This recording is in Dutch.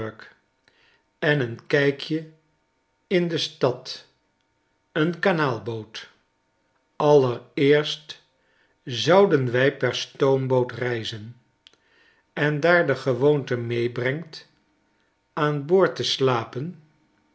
en een kijkje in de stad een kanaalboot allereerst zouden wij per stoomboot reizen en daar de gewoonte meebrengt aan boordte slapen